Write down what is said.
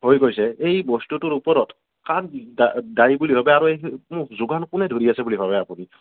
প্ৰয়োগ হৈছে এই বস্তুটোৰ ওপৰত কাক দা দায়ী বুলি ভাৱে আৰু এইযে যোগান কোনে ধৰি আছে বুলি ভাৱে আপুনি